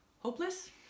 Hopeless